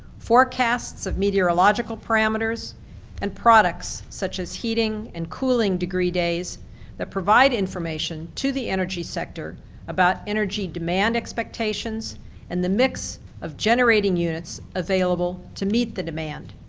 forecasts of meteorological parameters and products such as heating and cooling degree days that provide information to the energy sector about energy demand expectations and the mix of generating units available to meet the demand.